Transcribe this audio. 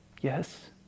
Yes